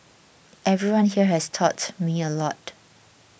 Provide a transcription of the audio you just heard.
everyone here has taught me a lot